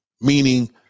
Meaning